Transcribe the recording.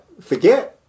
forget